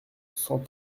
cent